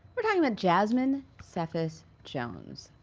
we're talking about jasmine cephas jones,